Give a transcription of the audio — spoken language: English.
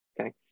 okay